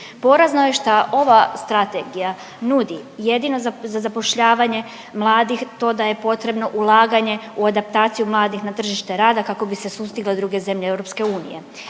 Porazno je šta ova strategija nudi jedina za zapošljavanje mladih to da je potrebno ulaganje u adaptaciju mladih na tržište rada kako bi se sustigle druge zemlje EU. Ne